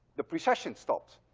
the precession stopped.